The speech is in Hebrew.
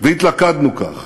והתלכדנו כך,